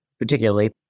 particularly